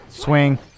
swing